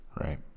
Right